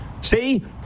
See